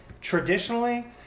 traditionally